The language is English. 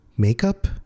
Makeup